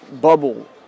bubble